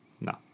no